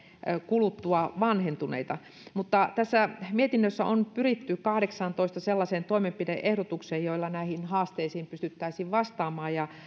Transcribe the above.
kuluttua vanhentuneita mutta tässä mietinnössä on pyritty kahdeksaantoista sellaiseen toimenpide ehdotukseen joilla näihin haasteisiin pystyttäisiin vastaamaan ja